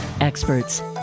experts